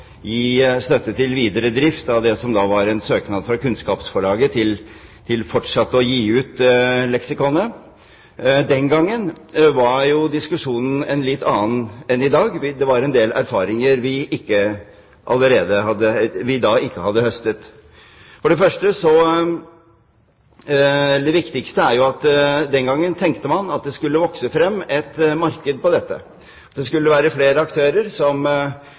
gi støtte til videre drift etter en søknad fra Kunnskapsforlaget om fortsatt å gi ut leksikonet. Den gangen var jo diskusjonen en litt annen enn i dag. Det var en del erfaringer vi da ikke hadde høstet. Den gangen tenkte man at det skulle vokse frem et marked her, at det skulle være flere aktører som